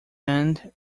end